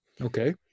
Okay